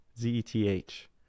Z-E-T-H